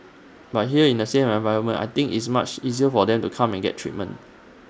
but here in A safe environment I think IT is much easier for them to come and get treatment